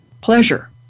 pleasure